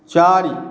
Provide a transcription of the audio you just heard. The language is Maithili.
चारि